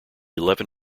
eleven